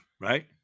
Right